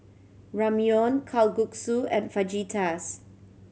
Ramyeon Kalguksu and Fajitas